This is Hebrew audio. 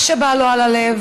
מה שבא לו על הלב,